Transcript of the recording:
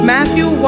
Matthew